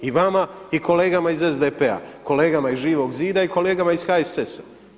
I vama i kolegama iz SDP-a, kolegama iz Živog zida i kolegama iz HSS-a.